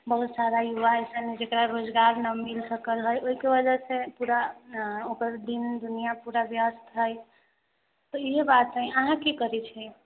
बहुतसारा युवा ऐसन है जेकरा रोजगार नहि मिल सकल है ओहिके वजहसे पूरा दिन दुनिया पूरा व्यस्त है तऽ इहे बात है अहाँ कि करै छी